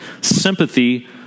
sympathy